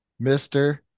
Mr